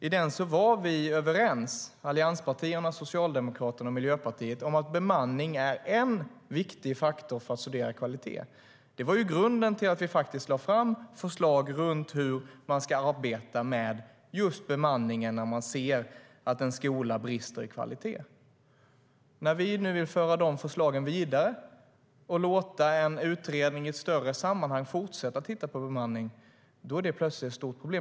I den var vi överens - allianspartierna, Socialdemokraterna och Miljöpartiet - om att bemanning är enNär vi nu vill föra dessa förslag vidare och låta en utredning i ett större sammanhang fortsätta titta på bemanning är det plötsligt ett stort problem.